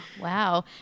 Wow